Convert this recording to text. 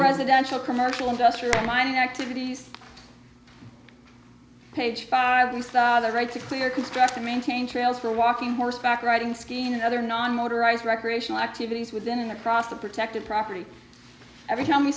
residential commercial industrial mining activities page five of the right to clear construct and maintain trails for walking horseback riding skiing and other non motorized recreational activities within an across the protected property every time the